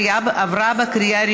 לוועדה המשותפת